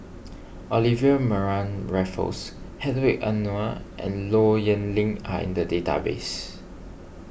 Olivia Mariamne Raffles Hedwig Anuar and Low Yen Ling are in the database